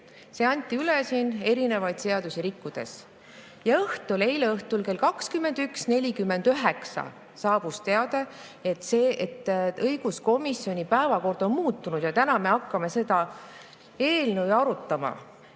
See anti üle erinevaid seadusi rikkudes. Ja eile õhtul kell 21.49 saabus teade, et õiguskomisjoni päevakord on muutunud ja täna me hakkame seda eelnõu arutama.